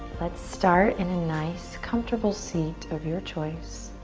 let's start in a nice, comfortable seat of your choice.